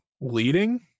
leading